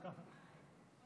קח מים.